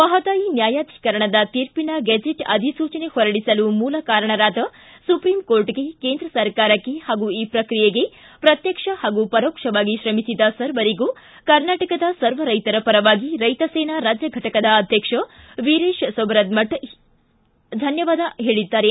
ಮಹಾದಾಯಿ ನ್ನಾಯಾಧಿಕರಣದ ತೀರ್ಷಿನ ಗೆಜೆಟ್ ಅಧಿಸೂಚನೆ ಹೊರಡಿಸಲು ಮೂಲ ಕಾರಣರಾದ ಸುಪ್ರೀಂ ಕೋರ್ಟ್ಗೆ ಕೇಂದ್ರ ಸರಕಾರಕ್ಕೆ ಹಾಗೂ ಈ ಪ್ರಕ್ರಿಯೆಗೆ ಪ್ರತ್ಯಕ್ಷ ಹಾಗೂ ಪರೋಕ್ಷವಾಗಿ ಶ್ರಮಿಸಿದ ಸರ್ವರಿಗೂ ಕರ್ನಾಟಕದ ಸರ್ವ ರೈತರ ಪರವಾಗಿ ರೈತಸೇನಾ ರಾಜ್ಯ ಘಟಕದ ಅಧ್ಯಕ್ಷ ವೀರೇಶ ಸೊಬರದಮಠ ಹೇಳಿದ್ದಾರೆ